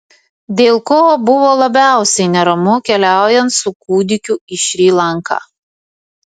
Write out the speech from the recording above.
dėl ko buvo labiausiai neramu keliaujant su kūdikiu į šri lanką